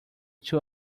two